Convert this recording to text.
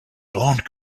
blonde